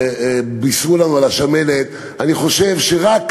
שבישרו לנו על השמנת, אני חושב שרק